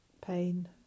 pain